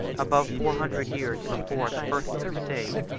above four hundred years before the first crusade,